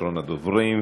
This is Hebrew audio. אחרון הדוברים.